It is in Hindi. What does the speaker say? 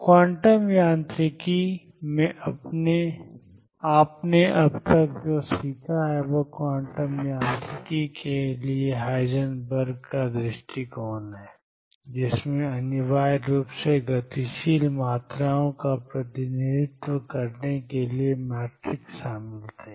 क्वांटम यांत्रिकी में आपने अब तक जो सीखा है वह क्वांटम यांत्रिकी के लिए हाइजेनबर्ग का दृष्टिकोण है जिसमें अनिवार्य रूप से गतिशील मात्राओं का प्रतिनिधित्व करने के लिए मैट्रिसेस शामिल थे